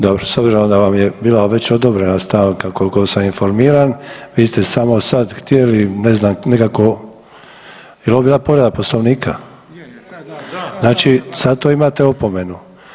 Dobro, s obzirom da vam je bila već odobrena stanka koliko sam informiran vi ste samo sad htjeli ne znam nekako jel ovo bila povreda Poslovnika [[Upadica: Je, je.]] znači sad to imate opomenu.